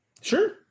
Sure